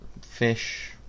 Fish